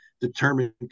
determine